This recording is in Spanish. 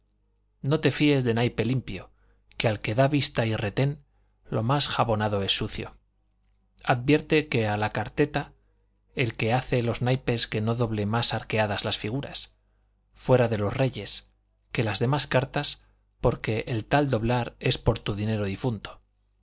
no te fíes de naipe limpio que al que da vista y retén lo más jabonado es sucio advierte que a la carteta el que hace los naipes que no doble más arqueadas las figuras fuera de los reyes que las demás cartas porque el tal doblar es por tu dinero difunto